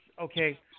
okay